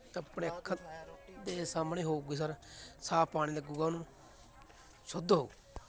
ਤਾਂ ਆਪਣੇ ਅੱਖਾਂ ਦੇ ਸਾਹਮਣੇ ਹੋਵੇਗੀ ਸਰ ਸਾਫ ਪਾਣੀ ਲੱਗੇਗਾ ਉਹਨੂੰ ਸ਼ੁੱਧ ਹੋਊ